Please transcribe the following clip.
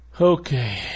Okay